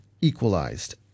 equalized